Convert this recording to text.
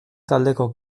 taldeko